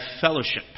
fellowship